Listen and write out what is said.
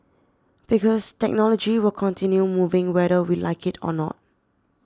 because technology will continue moving whether we like it or not